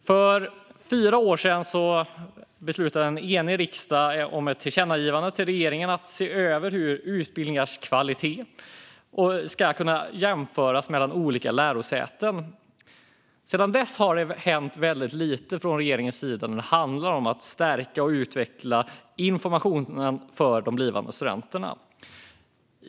För fyra år sedan riktade en enig riksdag ett tillkännagivande till regeringen om att se över hur utbildningars kvalitet kan jämföras mellan olika lärosäten. Det har dock hänt väldigt lite från regeringens sida vad gäller att stärka och utveckla informationen till blivande studenter.